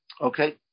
Okay